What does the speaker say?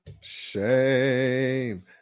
Shame